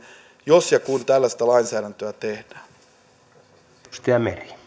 jos ja kun tällaista lainsäädäntöä tehdään